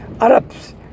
Arabs